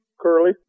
Curly